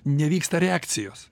nevyksta reakcijos